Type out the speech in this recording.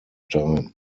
time